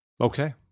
okay